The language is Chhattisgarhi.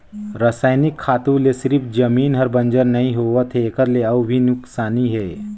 रसइनिक खातू, दवई ले सिरिफ जमीन हर बंजर नइ होवत है एखर ले अउ भी नुकसानी हे